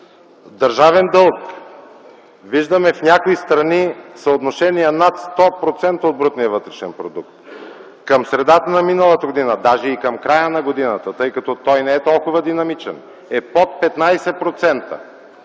Държавен дълг, виждаме в някои страни съотношения над 100% от брутния вътрешен продукт. Към средата на миналата година, дори и към края на милата година, защото той не е толкова динамичен, е под 15%.